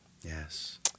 Yes